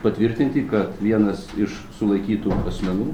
patvirtinti kad vienas iš sulaikytų asmenų